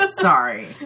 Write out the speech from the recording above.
Sorry